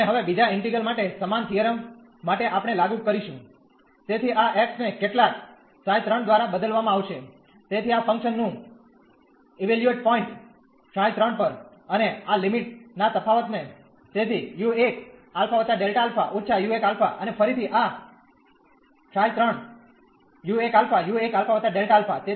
અને હવે બીજા ઈન્ટિગ્રલ માટે સમાન થીયરમ માટે આપણે લાગુ કરીશું તેથી આ x ને કેટલાક ξ 3 દ્વારા બદલવામાં આવશે તેથી આ ફંકશન નું ઇવેલ્યુએટ પોઇન્ટ ξ 3 પર અને આ લિમિટ ના તફાવતને તેથી u1 α Δα −u1 α અને ફરીથી આ ξ 3 ∈ u1 α u1 α Δα